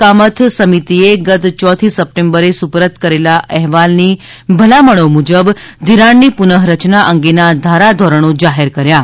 કામથ સમિતિએ ગત ચોથી સપ્ટેમ્બરે સુપરત કરેલા અહેવાલની ભલામણો મુજબ ધિરાણની પુનઃ રચના અંગેના ધારા ધોરણો જાહેર કર્યા છે